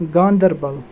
Ganderbal